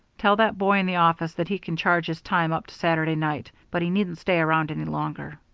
tell that boy in the office that he can charge his time up to saturday night, but he needn't stay around any longer.